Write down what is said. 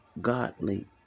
godly